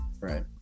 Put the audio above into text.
Right